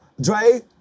Dre